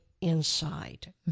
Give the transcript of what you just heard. inside